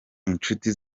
inshuti